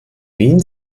wien